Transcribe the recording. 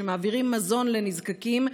שמעבירים מזון לנזקקים,